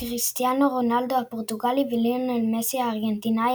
כריסטיאנו רונאלדו הפורטוגלי וליונל מסי הארגנטינאי